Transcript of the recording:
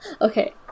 okay